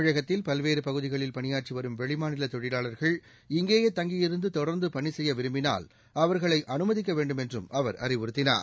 தமிழகத்தில் பல்வேறு பகுதிகளில் பணியாற்றிவரும் வெளிமாநில தொழிலாளர்கள் இங்கேயே தங்கியிருந்து தொடர்ந்து பணி செய்ய விரும்பினால் அவர்களை அனுமதிக்க வேண்டும் என்றும் அவர் அறிவுறுத்தினார்